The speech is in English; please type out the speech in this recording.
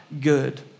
good